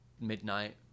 midnight